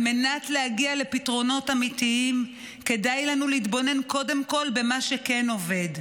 על מנת להגיע לפתרונות אמיתיים כדאי לנו להתבונן קודם כול במה שכן עובד,